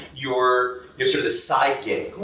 you're you're sort of this side gig,